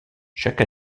chaque